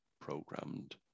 programmed